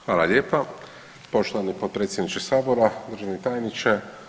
Hvala lijepo poštovani potpredsjedniče sabora, državni tajniče.